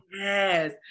Yes